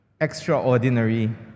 extraordinary